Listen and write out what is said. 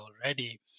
already